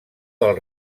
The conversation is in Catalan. del